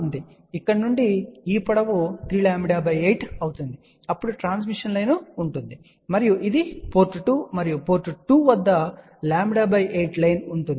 కాబట్టి ఇక్కడ నుండి ఈ పొడవు ఇప్పుడు 3 λ8 అవుతుంది అప్పుడు ట్రాన్స్మిషన్ లైన్ ఉంటుంది మరియు ఇది పోర్ట్ 2 మరియు పోర్ట్ 2 వద్ద λ8 లైన్ ఉంటుంది